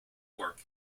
work